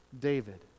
david